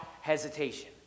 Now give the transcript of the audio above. hesitation